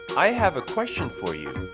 i have a question for you!